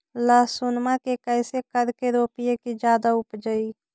लहसूनमा के कैसे करके रोपीय की जादा उपजई?